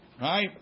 right